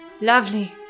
lovely